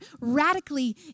radically